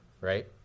right